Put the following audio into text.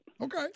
Okay